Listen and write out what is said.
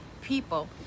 people